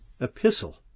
epistle